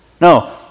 No